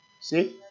See